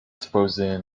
spełzły